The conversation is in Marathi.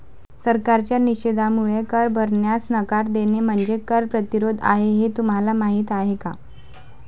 सरकारच्या निषेधामुळे कर भरण्यास नकार देणे म्हणजे कर प्रतिरोध आहे हे तुम्हाला माहीत आहे का